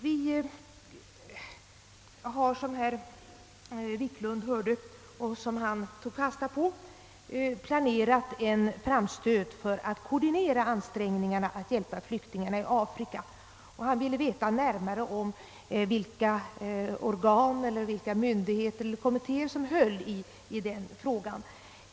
Vi har, som herr Wiklund hörde och som han också tog fasta på, planerat en framstöt för att koordinera ansträngningarna att hjälpa flyktingarna i Afrika. Herr Wiklund ville veta vilka organ, myndigheter eller kommittéer som handlade den frågan.